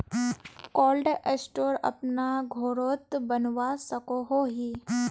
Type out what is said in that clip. Cold store अपना घोरोत बनवा सकोहो ही?